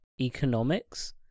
economics